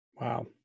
Wow